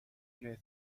near